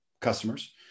customers